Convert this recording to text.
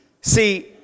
See